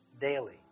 daily